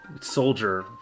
soldier